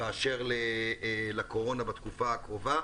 באשר לקורונה בתקופה הקרובה.